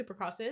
supercrosses